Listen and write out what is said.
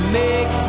make